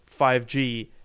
5G